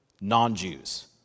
non-Jews